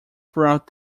throughout